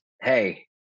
Hey